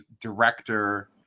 director